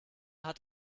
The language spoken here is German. hat